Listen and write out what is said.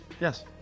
Yes